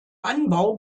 anbau